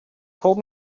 told